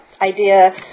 idea